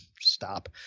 stop